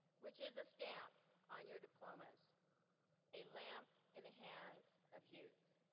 which is a stamp on your diplomas a lamp in the hands of youth.